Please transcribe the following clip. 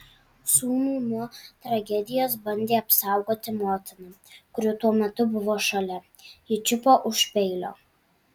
sūnų nuo tragedijos bandė apsaugoti motina kuri tuo metu buvo šalia ji čiupo už peilio